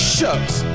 Shucks